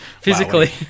physically